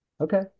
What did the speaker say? Okay